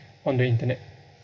on the internet